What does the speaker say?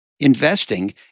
investing